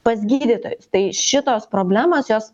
pas gydytojus tai šitos problemos jos